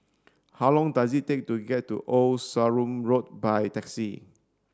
how long does it take to get to Old Sarum Road by taxi